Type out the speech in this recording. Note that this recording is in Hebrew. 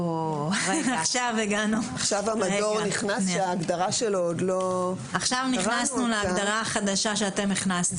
עכשיו המדור נכנס ועדיין לא קראנו את ההגדרה שלו.